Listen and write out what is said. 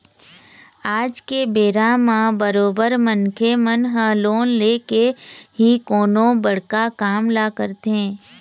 आज के बेरा म बरोबर मनखे मन ह लोन लेके ही कोनो बड़का काम ल करथे